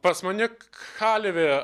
pas mane kalvė